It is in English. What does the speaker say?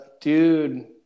dude